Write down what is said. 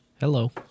Hello